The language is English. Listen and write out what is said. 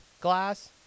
glass